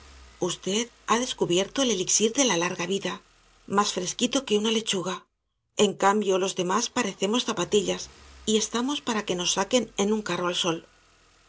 usted ha descubierto el elíxir de larga vida más fresquito que una lechuga en cambio los demás parecemos zapatillas y estamos para que nos saquen en un carro al sol